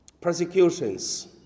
persecutions